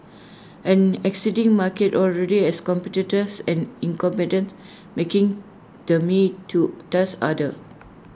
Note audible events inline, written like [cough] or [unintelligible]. an existing market already has competitors and [unintelligible] making the me too task harder